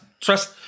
trust